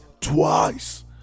twice